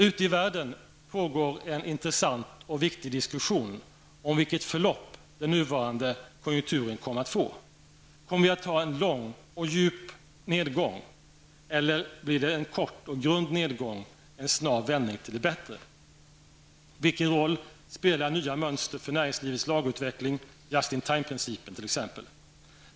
Ute i världen pågår en intressant och viktig diskussion om vilket förlopp den nuvarande konjunkturen kommer att få. Kommer vi att ha en lång och djup nedgång? Eller blir det en kort och grund nedgång, en snar vändning till det bättre? Vilken roll spelar nya mönster för näringslivets lagerutveckling, t.ex. just-in-time-principen?